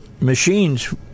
machines